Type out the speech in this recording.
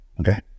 Okay